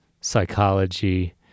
psychology